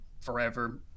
forever